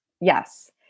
Yes